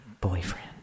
boyfriend